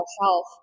health